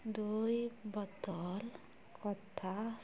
ଦୁଇ ବୋତଲ କୋଥାସ୍